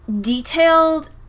detailed